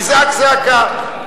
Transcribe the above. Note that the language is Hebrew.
יזעק זעקה,